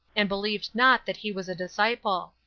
and believed not that he was a disciple.